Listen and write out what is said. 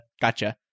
Gotcha